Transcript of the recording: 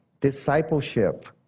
discipleship